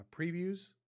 previews